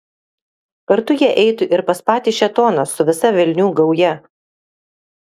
kartu jie eitų ir pas patį šėtoną su visa velnių gauja